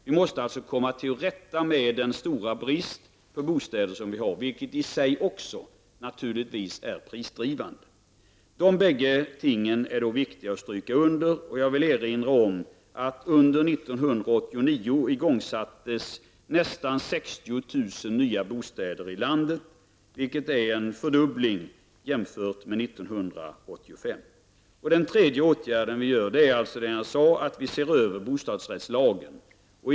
Vi måste alltså komma till rätta med den stora brist på bostäder som vi har, vilket naturligtvis i sig är prisdrivande. Dessa båda faktorer är viktiga att understryka. Jag vill erinra om att under år 1989 igångsattes byggandet av nästan 60 000 nya bostäder i landet, vilket är en fördubbling jämfört med 1985. Den tredje åtgärden vi föreslår är alltså att bostadsrättslagen ses över.